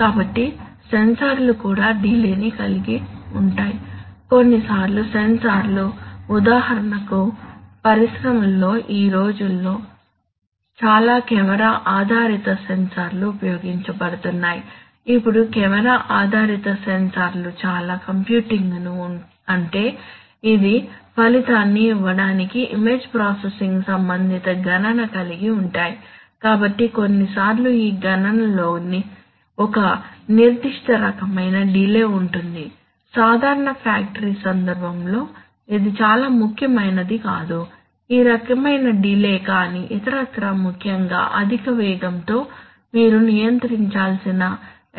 కాబట్టి సెన్సార్లు కూడా డిలే ని కలిగి ఉంటాయి కొన్నిసార్లు సెన్సార్లు ఉదాహరణకు పరిశ్రమలలో ఈ రోజుల్లో చాలా కెమెరా ఆధారిత సెన్సార్లు ఉపయోగించబడుతున్నాయి ఇప్పుడు కెమెరా ఆధారిత సెన్సార్లు చాలా కంప్యూటింగ్ను అంటే ఇది ఫలితాన్ని ఇవ్వడానికి ఇమేజ్ ప్రాసెసింగ్ సంబంధిత గణన కలిగి ఉంటాయి కాబట్టి కొన్నిసార్లు ఈ గణనలలో ఒక నిర్దిష్ట రకమైన డిలే ఉంటుంది సాధారణ ఫ్యాక్టరీ సందర్భంలో ఇది చాలా ముఖ్యమైనది కాదు ఈ రకమైన డిలే కాని ఇతరత్రా ముఖ్యంగా అధిక వేగంతో మీరు నియంత్రించాల్సిన